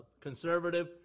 conservative